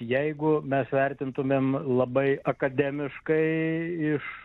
jeigu mes vertintumėm labai akademiškai iš